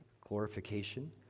glorification